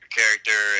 character